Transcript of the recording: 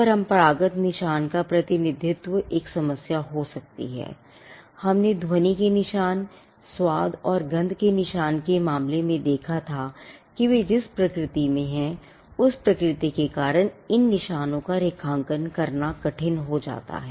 अपरंपरागत निशान का प्रतिनिधित्व एक समस्या हो सकती है I हमने ध्वनि के निशान स्वाद और गंध के निशान के मामले में देखा था कि वे जिस प्रकृति में हैं उस प्रकृति के कारण इन निशानों का रेखांकन करना कठिन हो जाता है